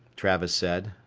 travis said.